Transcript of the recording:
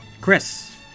Chris